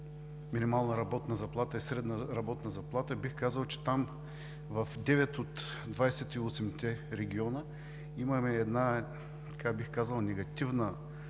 „минимална работна заплата – средна работна заплата“. Бих казал, че в 9 от 28-те региона имаме негативна тенденция